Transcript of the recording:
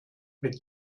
mit